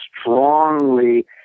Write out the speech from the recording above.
strongly